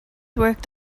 worked